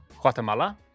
Guatemala